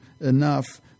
enough